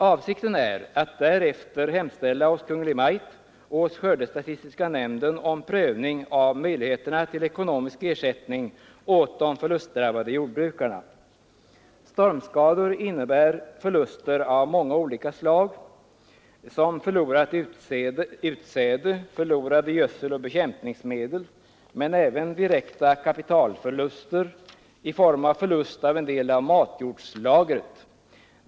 Avsikten är att därefter hemställa hos Kungl. Maj:t och skördestatistiska nämnden om prövning av möjligheterna till ekonomisk ersättning åt de förlustdrabbade jordbrukarna. Stormskadorna innebär förluster av många olika slag, som t.ex. förlorat utsäde och förlorade gödseloch bekämpningsmedel, men även direkta kapitalförluster i form av förlust av en del av matjordslagret.